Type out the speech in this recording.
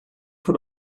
put